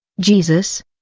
Jesus